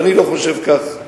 ואני לא חושב כך.